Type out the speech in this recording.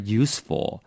useful